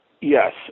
yes